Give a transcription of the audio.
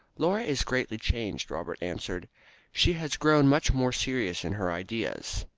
laura is greatly changed, robert answered she has grown much more serious in her ideas.